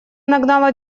нагнала